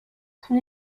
son